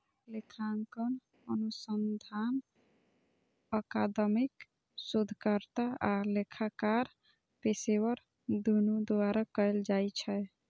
लेखांकन अनुसंधान अकादमिक शोधकर्ता आ लेखाकार पेशेवर, दुनू द्वारा कैल जाइ छै